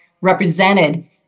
represented